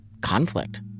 conflict